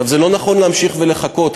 זה לא נכון להמשיך ולחכות.